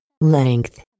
Length